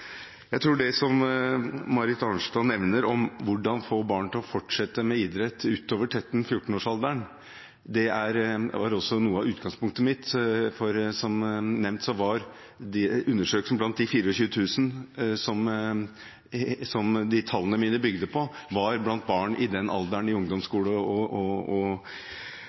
Det Marit Arnstad nevner om hvordan få barn til å fortsette med idrett utover 13–14-årsalderen, var også noe av utgangspunktet mitt, for som nevnt var undersøkelsen blant de 24 000 som tallene mine bygde på, gjort blant barn i den alderen, i ungdomsskolen. Det å etablere gode nok tilbud, attraktive nok tilbud, gode nok anlegg, brede nok treningstilbud og